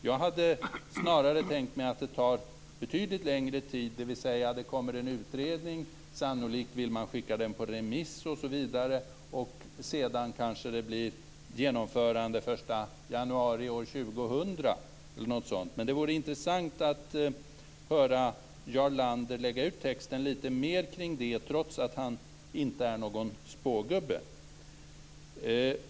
Jag hade snarare tänkt mig att det tar betydligt längre tid, dvs. att det kommer en utredning, att man sannolikt vill skicka ut den på remiss osv. och att det sedan kanske blir genomförande den 1 januari år 2000 eller något sådant. Men det vore intressant att höra Jarl Lander lägga ut texten litet mer kring detta, trots att han inte är någon spågubbe.